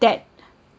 that